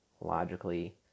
logically